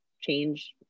change